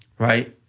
right,